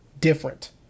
different